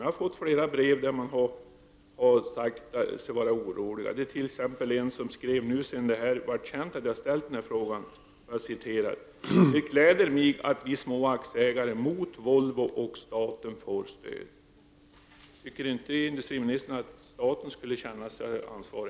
Jag har fått flera brev, där man har sagt sig vara orolig. Jag har t.ex. fått ett brev sedan det blev känt att jag har ställt den här frågan där det står: ”Det gläder mig att vi små aktieägare mot Volvo och staten får stöd.” Tycker inte industriministern att staten skall känna sig ansvarig?